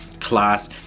class